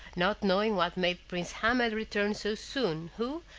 not knowing what made prince ahmed return so soon, who,